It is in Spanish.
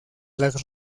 las